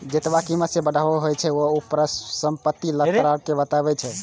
जेतबा कीमत मे बदलाव होइ छै, ऊ परिसंपत्तिक तरलता कें बतबै छै